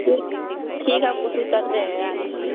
ठीक ठीक है हम कोशिश करते हैं आने के लिए